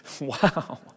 Wow